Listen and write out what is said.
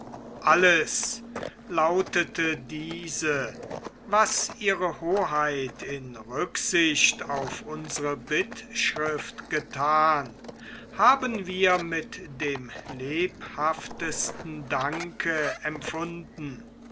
alles lautete diese was ihre hoheit in rücksicht auf unsre bittschrift gethan haben wir mit dem lebhaftesten danke empfunden